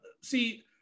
see